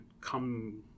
come